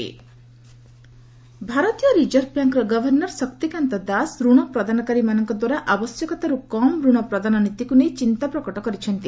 RBI governor ଭାରତୀୟ reserve ବ୍ୟାଙ୍କର governor Shaktikanta Das ରଣ ପ୍ରଦାନକାରୀମାନଙ୍କ ଦ୍ୱାରା ଆବଶ୍ୟକତାରୁ କମ୍ ଋଣ ପ୍ରଦାନ ନୀତିକୁ ନେଇ ଚିନ୍ତା ପ୍ରକଟ କରିଛନ୍ତି